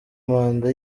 manda